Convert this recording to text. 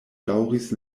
daŭris